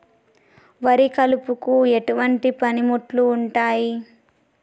వరి కలుపుకు ఎటువంటి పనిముట్లు ఉంటాయి?